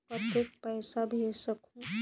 कतेक पइसा भेज सकहुं?